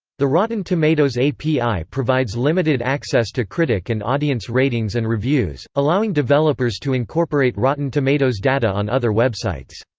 the rotten tomatoes api provides limited access to critic and audience ratings and reviews, allowing developers to incorporate rotten tomatoes data on other websites.